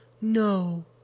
No